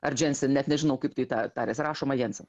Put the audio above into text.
ar džensen net nežinau kaip tai tariasi rašoma jensen